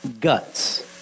guts